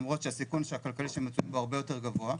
למרות שהסיכון הכלכלי שהם מצויים בו הרבה יותר גבוה.